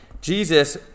Jesus